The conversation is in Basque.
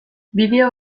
bideo